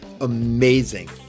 amazing